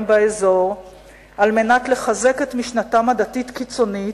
באזור על מנת לחזק את משנתם הדתית קיצונית,